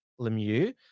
Lemieux